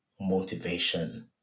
Motivation